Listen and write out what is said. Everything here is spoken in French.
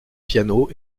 piano